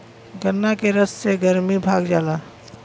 गन्ना के रस से गरमी भाग जाला